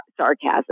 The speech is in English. sarcasm